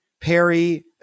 Perry